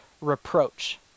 reproach